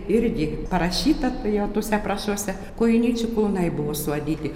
irgi parašyta tai jau tuose aprašuose kojinyčių kulnai buvo suadyti